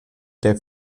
der